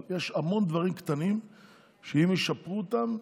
אבל יש המון דברים קטנים שאם ישפרו אותם,